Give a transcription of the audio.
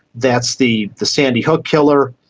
that's the the sandy hook killer,